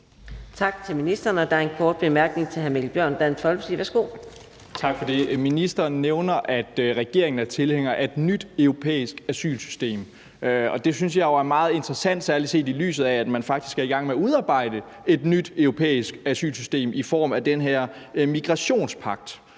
Dansk Folkeparti. Værsgo. Kl. 18:28 Mikkel Bjørn (DF): Tak for det. Ministeren nævner, at regeringen er tilhænger af et nyt europæisk asylsystem, og det synes jeg jo er meget interessant, særlig set i lyset af at man faktisk er i gang med at udarbejde et nyt europæisk asylsystem i form af den her migrationspagt.